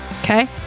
Okay